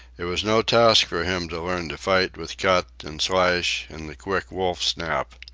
it was no task for him to learn to fight with cut and slash and the quick wolf snap.